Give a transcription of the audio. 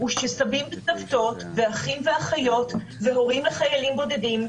יש לי שאלה, ומיד גם חבר הכנסת דודיסון.